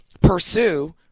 pursue